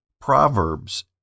Proverbs